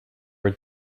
were